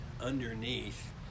underneath